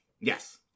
Yes